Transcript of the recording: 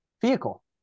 vehicle